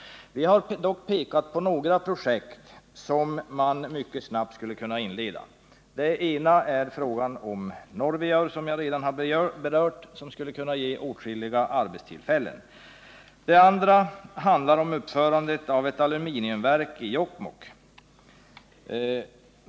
Vi har dock pekat på några projekt som man mycket snart skulle kunna påbörja. Det ena gäller Norvijaur, som jag redan har berört. Här skulle det kunna bli åtskilliga arbetstillfällen. Det andra handlar om uppförandet av ett aluminiumverk i Jokkmokk.